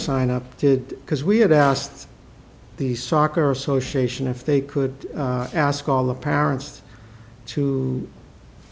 signed up did because we had asked the soccer association if they could ask all the parents to